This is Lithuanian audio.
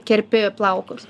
kerpi plaukus